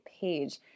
Page